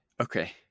okay